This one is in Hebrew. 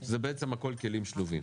שזה בעצם הכול כלים שלובים.